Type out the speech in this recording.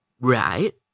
Right